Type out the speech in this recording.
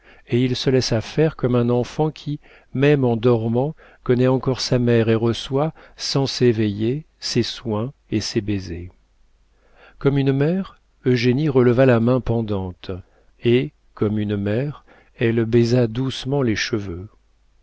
et il se laissa faire comme un enfant qui même en dormant connaît encore sa mère et reçoit sans s'éveiller ses soins et ses baisers comme une mère eugénie releva la main pendante et comme une mère elle baisa doucement les cheveux